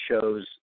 shows